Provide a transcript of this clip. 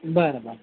बरं बरं